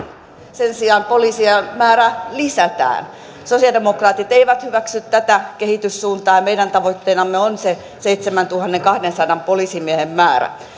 sen sijaan poliisien määrää lisätään sosiaalidemokraatit eivät hyväksy tätä kehityssuuntaa meidän tavoitteenamme on se seitsemäntuhannenkahdensadan poliisimiehen määrä